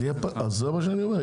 אז זה מה שאני אומר.